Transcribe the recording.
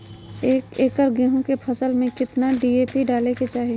एक एकड़ गेहूं के फसल में कितना डी.ए.पी डाले के चाहि?